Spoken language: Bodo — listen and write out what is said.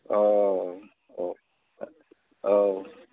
अ अ औ